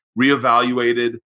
reevaluated